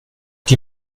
die